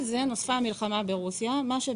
על זה נוספה המלחמה באוקראינה,